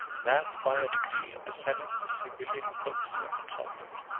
that, by a decree of the senate the sibylline books were consulted.